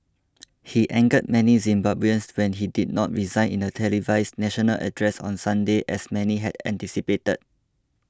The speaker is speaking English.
he angered many Zimbabweans when he did not resign in a televised national address on Sunday as many had anticipated